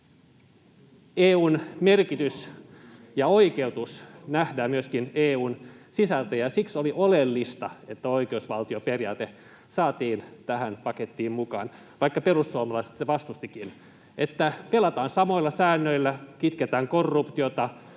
EU:n merkitys ja oikeutus nähdään myöskin EU:n sisältä. Siksi oli oleellista, että oikeusvaltioperiaate saatiin tähän pakettiin mukaan, vaikka perussuomalaiset sitä vastustivatkin: että pelataan samoilla säännöillä, kitketään korruptiota,